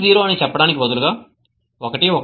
x0 అని చెప్పడానికి బదులుగా 111